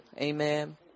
Amen